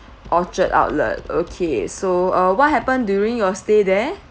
orchard outlet okay so uh what happened during your stay there